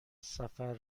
سفر